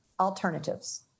alternatives